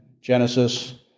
Genesis